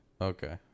Okay